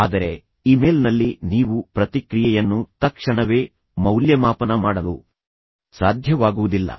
ಆದರೆ ಇಮೇಲ್ನಲ್ಲಿ ನೀವು ಪ್ರತಿಕ್ರಿಯೆಯನ್ನು ತಕ್ಷಣವೇ ಮೌಲ್ಯಮಾಪನ ಮಾಡಲು ಸಾಧ್ಯವಾಗುವುದಿಲ್ಲ